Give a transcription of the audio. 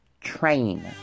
Train